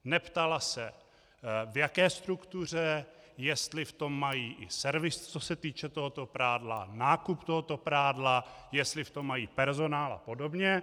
Neptala se, v jaké struktuře, jestli v tom mají i servis, co se týče tohoto prádla, nákup tohoto prádla, jestli v tom mají personál apod.